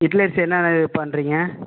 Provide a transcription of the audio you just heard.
இட்லி அரிசி என்னாண்ணே இது பண்ணுறிங்க